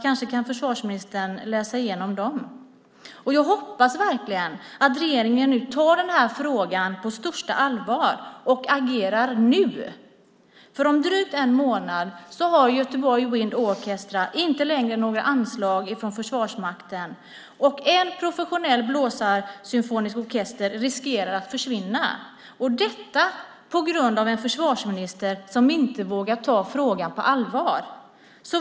Kanske kan försvarsministern läsa igenom dem. Jag hoppas verkligen att regeringen tar den här frågan på största allvar och agerar nu. Om drygt en månad har Göteborg Wind Orchestra inte längre några anslag från Försvarsmakten. En professionell blåsarsymfonisk orkester riskerar att försvinna på grund av en försvarsminister som inte vågar ta frågan på allvar.